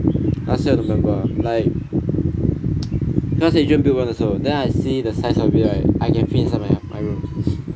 last year november ah like cause agent build one also then I see the size of it right I can fit inside my my room